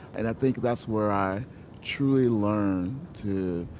and i think that's where i truly learned to